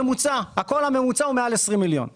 ממוצע; כל הממוצע הוא מעל 20 מיליון ₪.